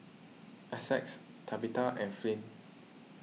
Essex Tabetha and Flint